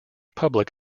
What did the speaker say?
public